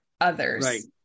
others